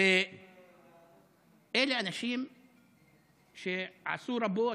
אלה אנשים שעשו רבות,